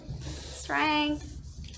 strength